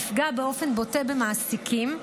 תפגע באופן בוטה במעסיקים,